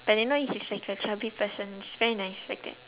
but you know it's he's like a chubby person it's very nice like a